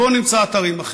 בואו נמצא אתרים אחרים.